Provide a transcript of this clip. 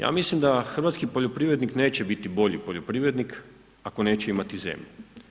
Ja mislim da hrvatski poljoprivrednik neće biti bolji poljoprivrednik ako neće imati zemlju.